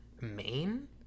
main